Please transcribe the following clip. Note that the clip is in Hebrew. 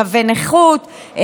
תווי נכות,